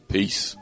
Peace